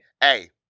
hey